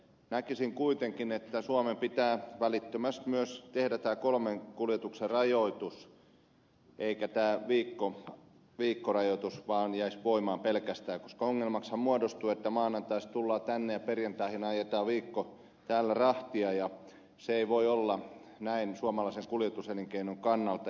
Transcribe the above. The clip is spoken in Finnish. näkisin kuitenkin että suomen pitää välittömästi myös tehdä tämä kolmen kuljetuksen rajoitus eikä tämä viikkorajoitus vaan jäisi voimaan pelkästään koska ongelmaksihan muodostuu että maanantaista tullaan tänne ja perjantaihin ajetaan viikko täällä rahtia ja se ei voi olla näin suomalaisen kuljetuselinkeinon kannalta